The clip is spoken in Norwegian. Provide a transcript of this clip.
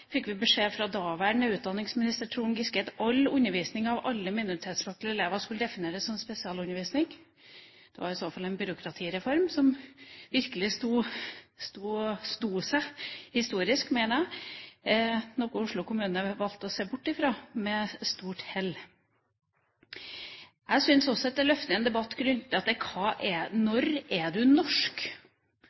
fikk vi beskjed fra daværende utdanningsminister Trond Giske at all undervisning av alle minoritetsspråklige elever skulle defineres som spesialundervisning. Det var i så fall en byråkratireform som virkelig sto seg historisk, mener jeg, noe Oslo kommune valgte å se bort ifra med stort hell. Jeg syns også at det løfter en debatt knyttet til: Når er du norsk?